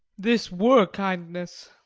this were kindness.